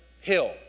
hill